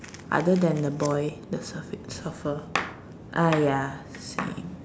other then the boy the surf~ surfer ah ya same